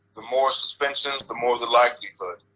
the more suspensions the more the likelihood.